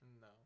No